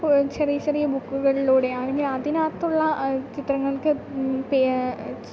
ചെറിയ ചെറിയ ബുക്കുകളിലൂടെ ആണെങ്കിലതിനകത്തുള്ള ചിത്രങ്ങൾക്ക് പേ